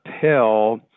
pill